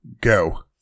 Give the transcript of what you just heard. Go